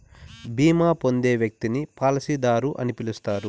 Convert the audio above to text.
బీమా పొందే వ్యక్తిని పాలసీదారు అని పిలుస్తారు